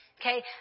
okay